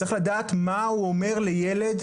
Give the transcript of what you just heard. צריך לדעת מה הוא אומר לילד,